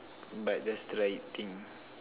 but just try eating